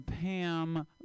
Pam